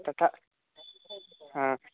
तथा हा